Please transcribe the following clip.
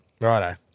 Righto